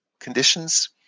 conditions